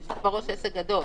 יש לך בראש עסק גדול.